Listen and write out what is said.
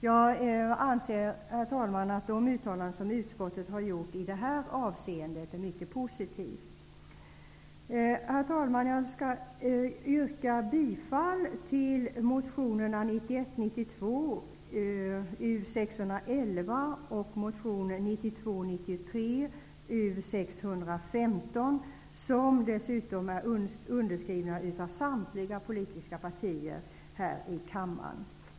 Jag anser att de uttalanden som utskottet har gjort i detta avseende är mycket positiva. Herr talman! Jag yrkar bifall till motionerna 1991 93:U615, som är underskrivna av samtliga politiska partier här i kammaren.